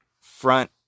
front